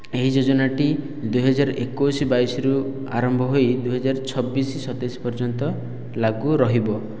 ଏହି ଯୋଜନାଟି ଦୁଇ ହଜାର ଏକୋଇଶ ବାଇଶ ରୁ ଆରମ୍ଭ ହୋଇ ଦୁଇ ହଜାର ଛବିଶ ସତେଇଶ ପର୍ଯ୍ୟନ୍ତ ଲାଗୁ ରହିବ